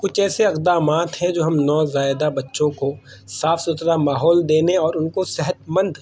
کچھ ایسے اقدامات ہیں جو ہم نو زائدہ بچوں کو صاف ستھرا ماحول دینے اور ان کو صحتمند